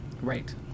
Right